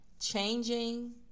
changing